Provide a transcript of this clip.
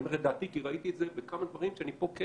ואני אומר את דעתי כי ראיתי את זה בכמה דברים ואני פה כן